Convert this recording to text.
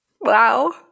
Wow